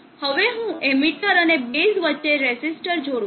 હવે હું એમીટર અને બેઝ વચ્ચે રેઝિસ્ટર જોડું છું